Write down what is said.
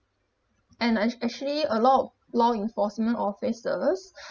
and I've actually a lot of law enforcement officers